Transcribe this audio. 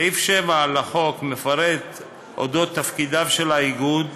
סעיף 7 לחוק מפרט את תפקידיו של האיגוד,